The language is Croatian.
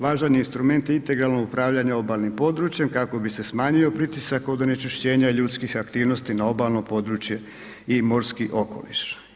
Važan je instrument integralno upravljanje obalnim područjem kako bi se smanjio pritisak od onečišćenja ljudskih aktivnosti na obalno područje i morski okoliš.